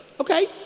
Okay